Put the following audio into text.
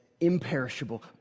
imperishable